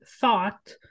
thought